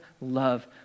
love